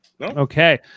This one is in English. Okay